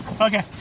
Okay